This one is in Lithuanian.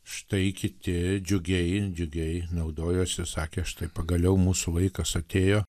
štai kiti džiugiai džiugiai naudojosi ir sakė štai pagaliau mūsų laikas atėjo